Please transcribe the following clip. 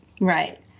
Right